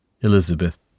Elizabeth